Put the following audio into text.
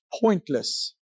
pointless